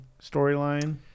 storyline